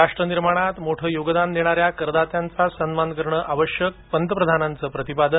राष्ट्र निर्माणात मोठं योगदान देणाऱ्या करदात्यांचा सन्मान करणं आवश्यक पंतप्रधानांचं प्रतिपादन